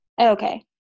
Okay